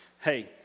Hey